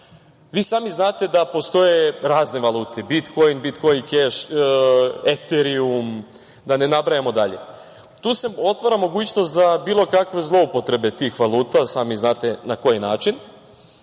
Vi sami znate da postoje razne valute, bitkoin, eterium, da ne nabrajamo. Tu se otvara mogućnost za bilo kakve zloupotrebe tih valuta, sami znate na koji način,